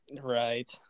Right